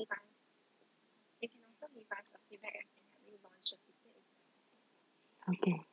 okay